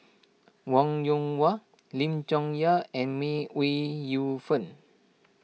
Wong Yoon Wah Lim Chong Yah and May Ooi Yu Fen